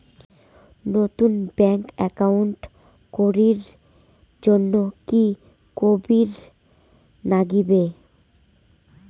নতুন bank account করির জন্যে কি করিব নাগিবে?